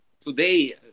today